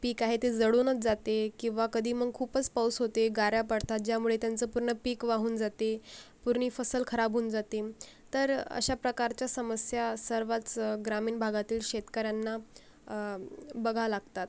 पीक आहे ते जळूनच जाते किंवा कधी मग खूपच पाऊस होते गारा पडतात ज्यामुळे त्यांचं पूर्ण पीक वाहून जाते पूर्ण फसल खराब होऊन जाते तर अशा प्रकारच्या समस्या सर्वच ग्रामीण भागातील शेतकऱ्यांना बघा लागतात